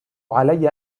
علي